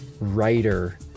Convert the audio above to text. writer